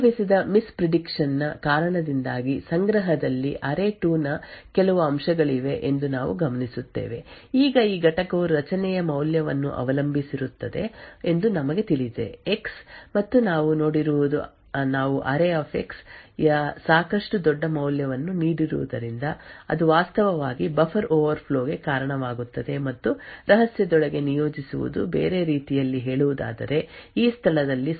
ಸಂಭವಿಸಿದ miss prediction ನ ಕಾರಣದಿಂದಾಗಿ ಸಂಗ್ರಹದಲ್ಲಿ ಅರೇ2 ನ ಕೆಲವು ಅಂಶಗಳಿವೆ ಎಂದು ನಾವು ಗಮನಿಸುತ್ತೇವೆ ಈಗ ಈ ಘಟಕವು ರಚನೆಯ ಮೌಲ್ಯವನ್ನು ಅವಲಂಬಿಸಿರುತ್ತದೆ ಎಂದು ನಮಗೆ ತಿಳಿದಿದೆ x ಮತ್ತು ನಾವು ನೋಡಿರುವುದು ನಾವು ಅರೇx ಯ ಸಾಕಷ್ಟು ದೊಡ್ಡ ಮೌಲ್ಯವನ್ನು ನೀಡಿರುವುದರಿಂದ ಅದು ವಾಸ್ತವವಾಗಿ ಬಫರ್ ಓವರ್ಫ್ಲೋ ಗೆ ಕಾರಣವಾಗುತ್ತದೆ ಮತ್ತು ರಹಸ್ಯದೊಳಗೆ ನಿಯೋಜಿಸುವುದು ಬೇರೆ ರೀತಿಯಲ್ಲಿ ಹೇಳುವುದಾದರೆ ಈ ಸ್ಥಳದಲ್ಲಿ ಸಂಗ್ರಹಕ್ಕೆ ಲೋಡ್ ಮಾಡಿರುವುದು ಮೂಲಭೂತವಾಗಿ ರಹಸ್ಯ ಸ್ಥಳದಿಂದ ಹೊರಗಿರುವ ಕಾರ್ಯವಾಗಿದೆ